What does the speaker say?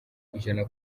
ijana